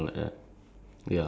might not be the best thing